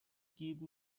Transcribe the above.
give